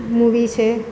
movie છે